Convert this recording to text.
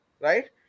right